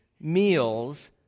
meals